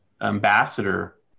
ambassador